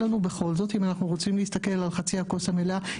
אם אנחנו רוצים להסתכל על חצי הכוס המלאה,